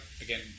again